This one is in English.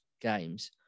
games